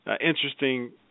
interesting